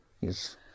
Yes